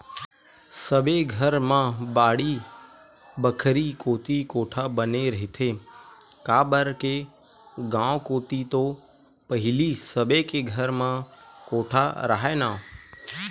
सबे घर मन म बाड़ी बखरी कोती कोठा बने रहिथे, काबर के गाँव कोती तो पहिली सबे के घर म कोठा राहय ना